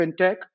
fintech